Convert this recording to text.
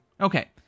Okay